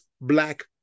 Black